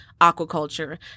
aquaculture